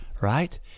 Right